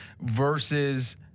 versus